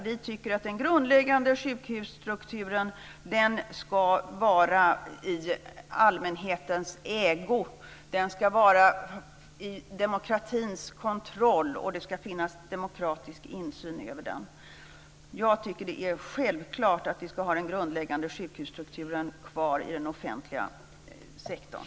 Vi tycker att den grundläggande sjukhusstrukturen ska vara i allmänhetens ägo. Den ska vara under demokratins kontroll, och det ska finnas demokratisk insyn över den. Jag tycker att det är självklart att vi ska ha den grundläggande sjukhusstrukturen kvar i den offentliga sektorn.